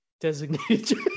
designated